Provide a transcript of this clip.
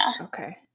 Okay